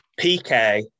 PK